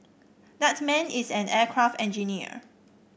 that man is an aircraft engineer